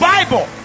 Bible